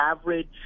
average